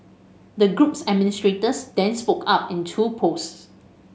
the group's administrators then spoke up in two posts